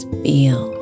feel